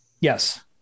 Yes